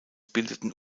bildeten